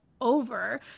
over